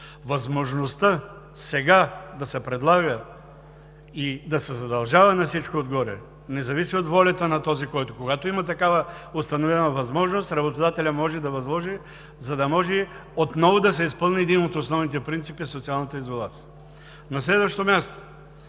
Възможността сега да се предлага и да се задължава на всичко отгоре, не зависи от волята на този, който… Когато има такава установена възможност, работодателят може да възложи, за да може отново да се изпълни един от основните принципи – социалната изолация. На следващо място,